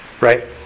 Right